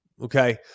okay